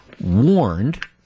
warned